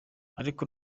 ariko